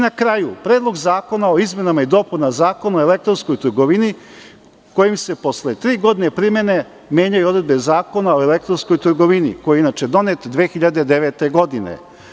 Na kraju, Predlog zakona o izmenama i dopunama Zakona o elektronskoj trgovini kojim se posle tri godine primene menjaju odredbe Zakona o elektronskoj trgovini, koji je inače donet 2009. godine.